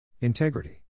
Integrity